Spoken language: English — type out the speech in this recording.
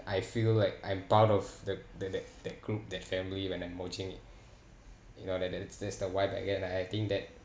I feel like I'm part of that that that that group that family when I'm watching it you know that that that that's why I like I think that